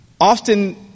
Often